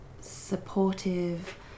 supportive